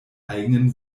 eigenen